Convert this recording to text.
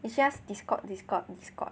it's just Discord Discord Discord